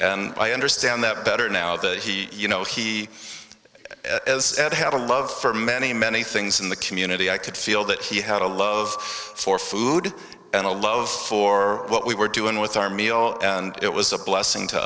i understand that better now that he you know he had a love for many many things in the community i could feel that he had a love for food and a love for what we were doing with our meal and it was a blessing to